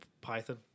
python